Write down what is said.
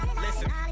Listen